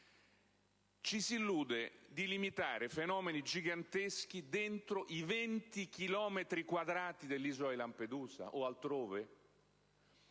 Ci si illude di limitare fenomeni giganteschi dentro i 20 chilometri quadrati dell'isola di Lampedusa o altrove?